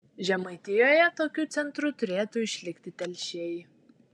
žemaitijoje tokiu centru turėtų išlikti telšiai